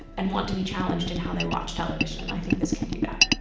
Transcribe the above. and want to be challenged in how they watch television and i think this can do that.